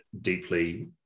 deeply